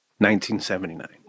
1979